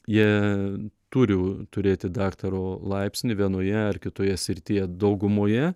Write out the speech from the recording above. jie turi turėti daktaro laipsnį vienoje ar kitoje srityje daugumoje